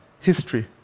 history